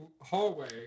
hallway